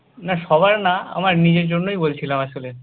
না সবার না আমার নিজের জন্যই বলছিলাম আসলে